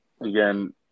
Again